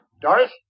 Doris